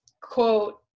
quote